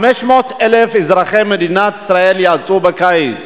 500,000 אזרחי מדינת ישראל יצאו בקיץ.